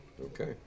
Okay